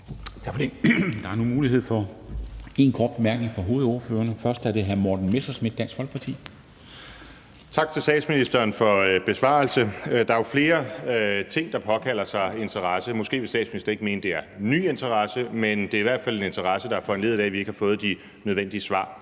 Der er nu mulighed for én kort bemærkning fra hovedordførerne. Hr. Morten Messerschmidt, Dansk Folkeparti. Kl. 11:04 Morten Messerschmidt (DF): Tak til statsministeren for besvarelsen. Der er jo flere ting, der påkalder sig interesse. Måske vil statsministeren ikke mene, at det er en ny interesse, men det er i hvert fald en interesse, der er foranlediget af, at vi ikke har fået de nødvendige svar